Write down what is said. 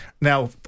Now